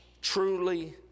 truly